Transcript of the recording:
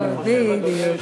הו, בדיוק.